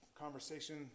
conversation